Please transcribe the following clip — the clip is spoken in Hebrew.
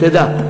שתדע.